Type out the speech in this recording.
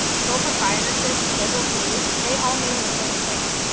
sole proprietorship, schedule c, they all mean the same thing.